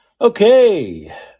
Okay